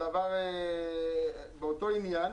במהלך הזה, ברגע שאתה נותן לגיטימציה,